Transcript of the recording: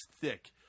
thick